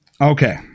okay